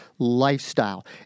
Lifestyle